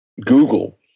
Google